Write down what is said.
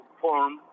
form